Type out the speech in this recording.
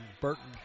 Burton